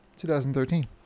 2013